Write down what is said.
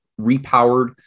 repowered